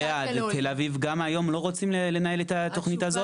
תל אביב גם היום לא רוצים לנהל את התוכנית הזאת?